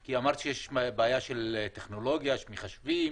כי אמרת שיש בעיה של טכנולוגיה, של מחשבים.